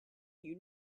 you